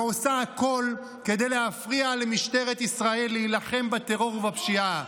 היא עושה הכול כדי להפריע למשטרת ישראל להילחם בטרור ובפשיעה.